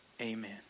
Amen